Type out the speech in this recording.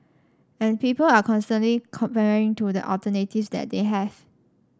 and people are constantly comparing to the alternatives that they have